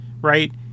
right